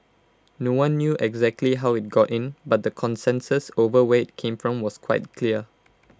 no one knew exactly how IT got in but the consensus over where IT came from was quite clear